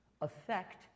affect